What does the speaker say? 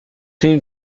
soon